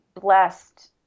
blessed